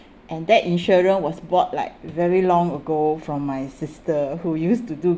and that insurance was bought like very long ago from my sister who used to do